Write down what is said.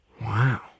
Wow